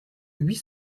huit